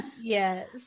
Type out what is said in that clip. yes